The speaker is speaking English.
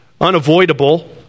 unavoidable